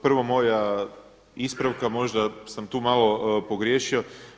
Prvo moja ispravka, možda sam tu malo pogriješio.